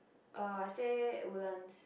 err stay Woodlands